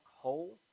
hole